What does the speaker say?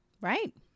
Right